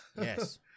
Yes